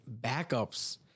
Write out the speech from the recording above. backups